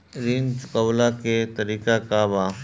ऋण चुकव्ला के तरीका का बा?